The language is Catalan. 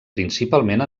principalment